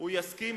הוא יסכים,